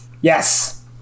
Yes